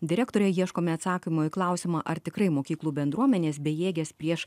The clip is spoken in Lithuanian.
direktore ieškome atsakymo į klausimą ar tikrai mokyklų bendruomenės bejėgės prieš